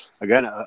again